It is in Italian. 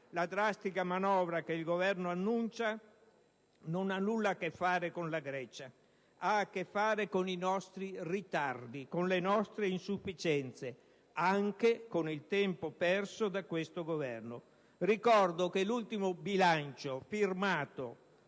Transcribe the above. la drastica manovra che il Governo annuncia non ha nulla a che fare con la Grecia: ha a che fare con i nostri ritardi, con le nostre insufficienze, anche con il tempo perso da questo Governo. Ricordo che l'ultimo bilancio firmato